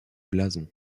blasons